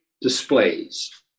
displays